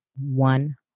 one